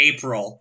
April